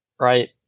right